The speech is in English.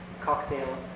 cocktail